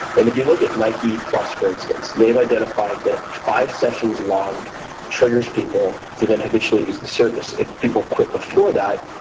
and if you look at nike, for instance, they've identified that five sessions logged triggers people to then habitually use the service. if people quit before that,